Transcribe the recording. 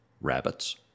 rabbits